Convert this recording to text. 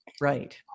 Right